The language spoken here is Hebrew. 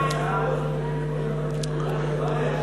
הצעת ועדת הכנסת בדבר השלמת